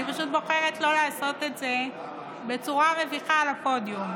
אני פשוט בוחרת לא לעשות את זה בצורה מביכה על הפודיום.